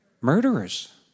Murderers